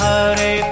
Hare